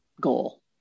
goal